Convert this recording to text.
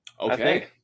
Okay